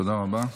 תודה רבה.